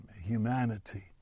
humanity